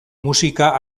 musika